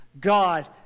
God